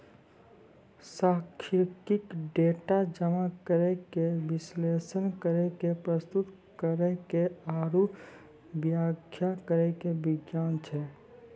सांख्यिकी, डेटा जमा करै के, विश्लेषण करै के, प्रस्तुत करै के आरु व्याख्या करै के विज्ञान छै